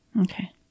okay